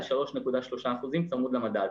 על 3.3% צמוד למדד.